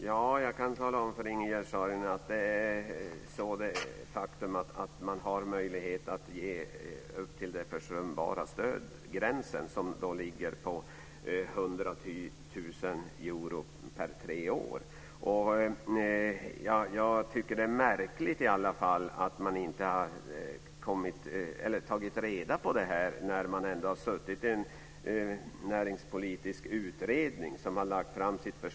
Herr talman! Man har möjlighet att medge nedsättning upp till den försumbara stödgränsen som ligger på 100-1 000 euro under tre år. Jag tycker att det är märkligt att man i den näringspolitiska utredningen - som lade fram sitt förslag för ett år sedan - inte har tagit reda på det här.